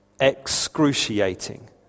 Excruciating